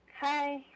Hi